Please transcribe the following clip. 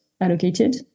allocated